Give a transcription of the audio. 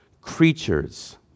creatures